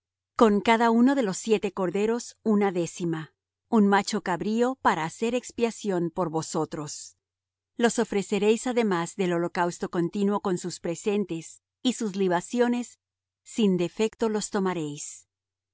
con cada uno de los siete corderos una décima un macho cabrío para hacer expiación por vosotros los ofreceréis además del holocausto continuo con sus presentes y sus libaciones sin defecto los tomaréis